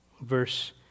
Verse